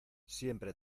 siempre